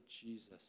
Jesus